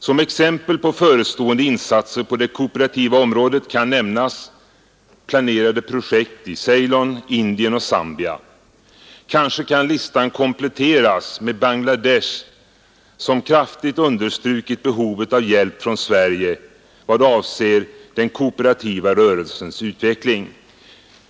Som exempel på förestående insatser på det kooperativa området kan nämnas planerade projekt i Ceylon, Indien och Zambia. Kanske kan listan kompletteras med Bangladesh som kraftigt understrukit behovet av hjälp från Sverige i vad avser den kooperativa rörelsens utveckling.